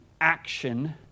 action